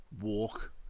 walk